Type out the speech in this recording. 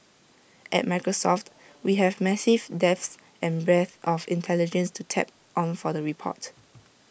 at Microsoft we have massive depth and breadth of intelligence to tap on for the report